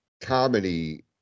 comedy